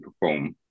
perform